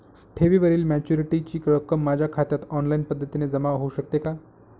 ठेवीवरील मॅच्युरिटीची रक्कम माझ्या खात्यात ऑनलाईन पद्धतीने जमा होऊ शकते का?